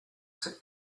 sit